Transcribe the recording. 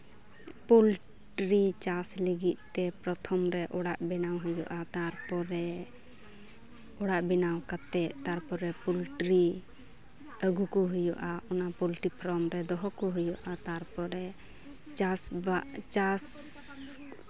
poultry ᱪᱟᱥ ᱞᱟᱹᱜᱤᱫ ᱛᱮ ᱯᱨᱚᱛᱷᱚᱢ ᱨᱮ ᱚᱲᱟᱜ ᱵᱮᱱᱟᱣ ᱦᱩᱭᱩᱜᱼᱟ ᱛᱟᱨᱯᱚᱨᱮ ᱚᱲᱟᱜ ᱵᱮᱱᱟᱣ ᱠᱟᱛᱮᱫ ᱛᱟᱨᱯᱚᱨᱮ ᱯᱳᱞᱴᱨᱤ ᱟᱹᱜᱩ ᱠᱚ ᱦᱩᱭᱩᱜᱼᱟ ᱚᱱᱟ ᱯᱳᱞᱴᱤ ᱯᱷᱨᱟᱢ ᱨᱮ ᱫᱚᱦᱚ ᱠᱚ ᱦᱩᱭᱩᱜᱼᱟ ᱛᱟᱨᱯᱚᱨᱮ ᱪᱟᱥ ᱪᱟᱥ